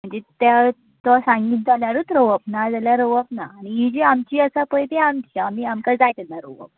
त्या तो सांगीत जाल्यारूच रोवप नाजाल्यार रोवप ना ही जी आमची आसा पळय ती आमची आमी आमकां जाय तेन्ना रोवप